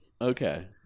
Okay